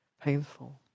painful